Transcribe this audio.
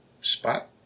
spot